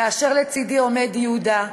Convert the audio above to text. כאשר לצידי עומד יהודה,